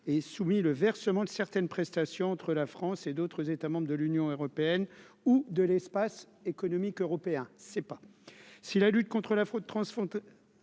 est soumis le versement de certaines prestations entre la France et d'autres États membres de l'Union européenne ou de l'Espace économique européen, c'est pas